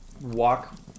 walk